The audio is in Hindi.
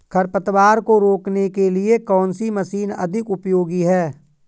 खरपतवार को रोकने के लिए कौन सी मशीन अधिक उपयोगी है?